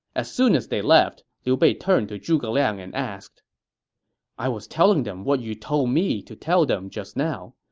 as soon as they left, liu bei turned to zhuge liang and asked i was telling them what you told me to tell them just now.